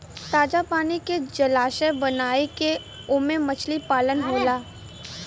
ताजा पानी के जलाशय बनाई के ओमे मछली पालन होला